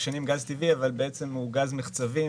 שנים גז טבעי אבל בעצם הוא גז מחצבים,